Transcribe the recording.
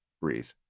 breathe